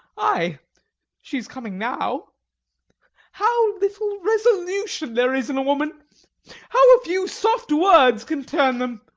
ay she is coming now how little resolution there is in a woman how a few soft words can turn them